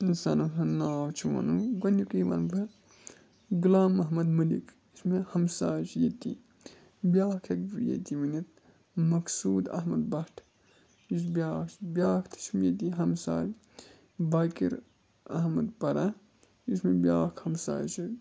اِنسانَن ہُنٛد ناو چھُ وَنُن گۄڈنیُکُے وَنہٕ بہٕ غلام محمد مٔلِک یُس مےٚ ہَمساے چھُ ییٚتی بیٛاکھ ہٮ۪کہٕ بہٕ ییٚتی ؤنِتھ مقصوٗد احمد بٹ یُس بیٛاکھ چھُ بیٛاکھ تہِ چھُم ییٚتی ہمساے باقٕر احمد پَرہ یُس مےٚ بیٛاکھ ہمساے چھُ